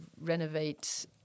renovate